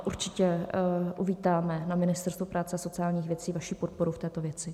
Určitě uvítáme na Ministerstvu práce a sociálních věcí vaši podporu v této věci.